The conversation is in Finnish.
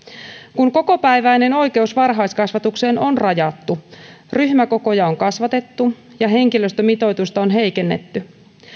kun kokopäiväinen oikeus varhaiskasvatukseen on rajattu ryhmäkokoja on kasvatettu ja henkilöstömitoitusta on heikennetty